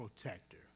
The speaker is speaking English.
protector